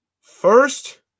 First